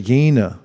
Yena